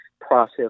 process